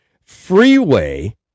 freeway